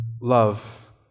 love